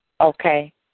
Okay